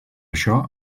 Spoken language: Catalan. això